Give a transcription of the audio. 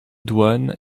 douane